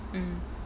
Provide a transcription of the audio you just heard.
mm